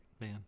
man